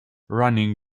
running